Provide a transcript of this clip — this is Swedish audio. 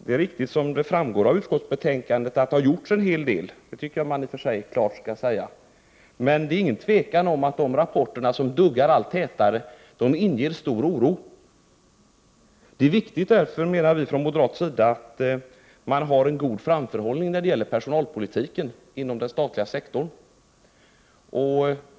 Det är riktigt som det framgår av utskottsbetänkandet, att det har gjorts en hel del — det skall man i och för sig klart erkänna — men det är inget tvivel om att de här rapporterna, som duggar allt tätare, inger stor oro. Därför är det viktigt, menar vi från moderat sida, att man har en god framförhållning när det gäller personalpolitik inom den statliga sektorn.